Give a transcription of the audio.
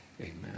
Amen